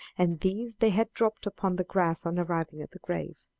and these they had dropped upon the grass on arriving at the grave.